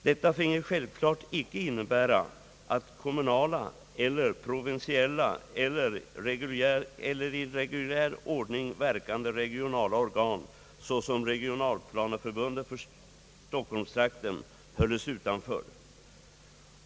Detta finge självklart icke innebära att kommunala eller provinsiella eller i reguljär ordning verkande regionala organ — såsom exempelvis regionplaneförbundet för stockholmstrakten — hölles utanför.